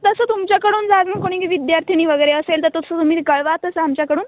तसं तुमच्याकडून जर अजून कुणीही विद्यार्थिनी वगैरे असेल तर तसं तुम्ही वि कळवा तसं आमच्याकडून